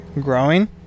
growing